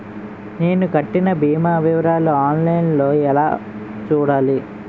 నేను కట్టిన భీమా వివరాలు ఆన్ లైన్ లో ఎలా చూడాలి?